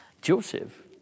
Joseph